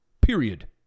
period